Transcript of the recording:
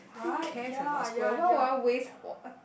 who cares about school what would I wait for